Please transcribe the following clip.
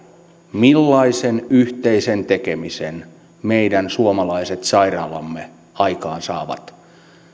millaisen yhteisen tekemisen meidän suomalaiset sairaalamme aikaansaavat